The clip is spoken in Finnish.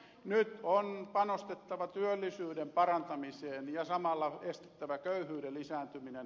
nyt on panostettava työllisyyden parantamiseen ja samalla estettävä köyhyyden lisääntyminen